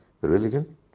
religion